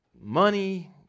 money